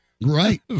right